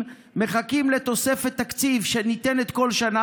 מחכים לתוספת תקציב שניתנת כל שנה,